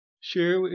share